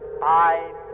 five